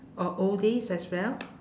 or oldies as well